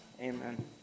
Amen